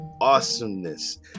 awesomeness